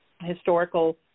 historical